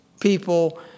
people